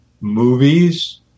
movies